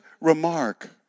remark